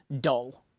dull